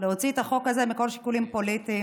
הצלחנו להוציא מחוק הזה את כל השיקולים הפוליטיים